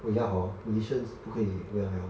oh ya hor malaysians 不可以回来 hor